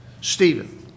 Stephen